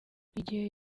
igihe